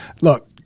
Look